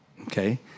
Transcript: okay